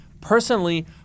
personally